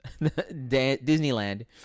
Disneyland